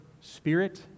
spirit